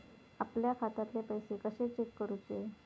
आपल्या खात्यातले पैसे कशे चेक करुचे?